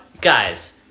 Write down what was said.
guys